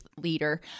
leader